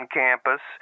campus